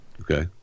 Okay